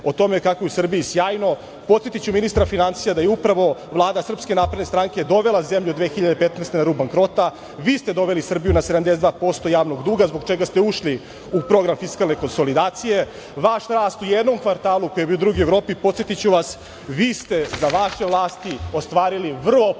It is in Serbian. o tome kako je u Srbiji sjajno. Podsetiću ministra finansija da je upravo Vlada SNS dovela zemlju 2015. godine na rub bankrota. Vi ste doveli Srbiju na 72% javnog duga, zbog čega ste ušli u program fiskalne konsolidacije. Vaš rast u jednom kvartalu, koji je bio drugi u Evropi, podsetiću vas, vi ste za vaše vlasti ostvarili vrlo prosečan